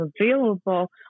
available